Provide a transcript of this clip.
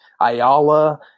Ayala